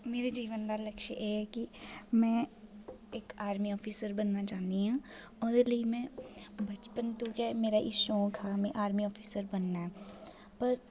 मेरे जीवन दा लक्ष्य एह् ऐ कि में इक आर्मी ऑफिसर बनना चाह्न्नीं आं ओह्दे लेई में बचपन तू गै मेरा एह् शौंक हा कि में आर्मी ऑफिसर बनना ऐ पर